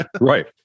Right